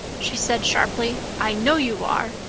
she said sharply. i know you are.